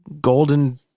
Golden